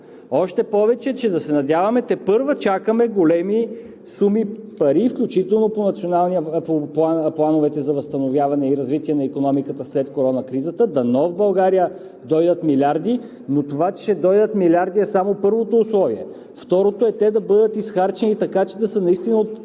още повече че тепърва чакаме големи суми пари, включително по плановете за възстановяване и развитие на икономиката след корона кризата. Дано в България да дойдат милиарди, но това, че ще дойдат милиарди, е само първото условие. Второто е те да бъдат изхарчени така, че наистина да са от полза